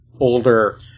older